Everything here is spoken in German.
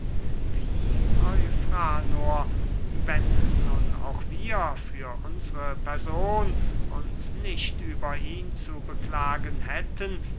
wie eufranor wenn nun auch wir für unsre person uns nicht über ihn zu beklagen hätten